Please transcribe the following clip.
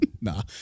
Nah